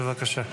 בבקשה.